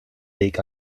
weg